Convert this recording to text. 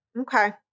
Okay